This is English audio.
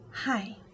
Hi